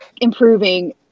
improving